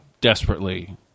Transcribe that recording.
desperately